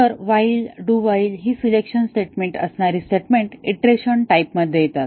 तर while do while ही selection statement असणारी स्टेटमेंट ईटरेशन टाईप मध्ये येतात